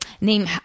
name